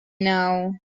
now